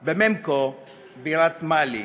בבמקו, בירת מאלי.